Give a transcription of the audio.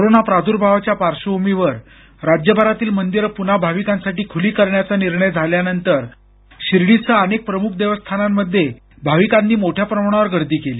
corona प्रादुर्भावाच्या पार्श्वभूमीवर राज्यभरातील मंदिरं पुन्हा भाविकांसाठी खुली करण्याचा निर्णय झाल्यानंतर शिर्डीसह अनेक प्रमुख देवस्थानांमध्ये भाविकांनी मोठ्या प्रमाणावर गर्दी केली